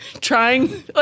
trying